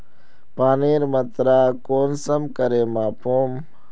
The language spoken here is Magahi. पानीर मात्रा कुंसम करे मापुम?